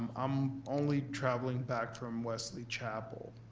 i'm only traveling back from wesley chapel.